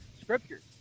scriptures